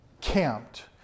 camped